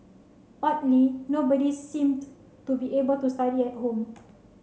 oddly nobody seemed to be able to study at home